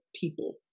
people